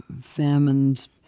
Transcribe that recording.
famines